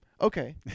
okay